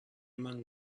among